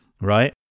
right